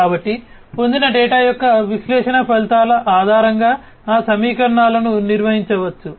కాబట్టి పొందిన డేటా యొక్క విశ్లేషణ ఫలితాల ఆధారంగా ఆ సమీకరణాలను నిర్వహించవచ్చు